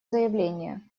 заявление